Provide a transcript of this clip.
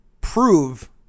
prove